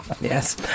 Yes